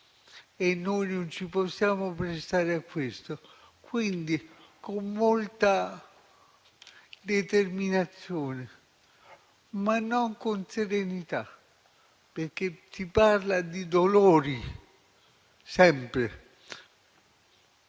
e noi non ci possiamo prestare a questo. Quindi con molta determinazione, ma non con serenità, perché si parla di dolori, sempre,